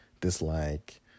Dislike